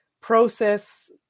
process